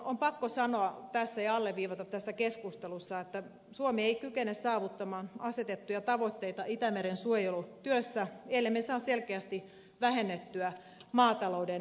on pakko sanoa tässä ja alleviivata tässä keskustelussa että suomi ei kykene saavuttamaan asetettuja tavoitteita itämeren suojelutyössä ellemme saa selkeästi vähennettyä maatalouden kuormitusta